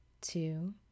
two